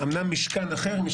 משכן אחר,